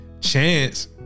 chance